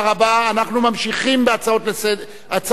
אנחנו ממשיכים בהצעות האי-אמון.